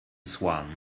swan